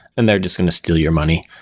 and they're just going to steal your money.